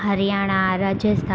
Haryana Rajasthan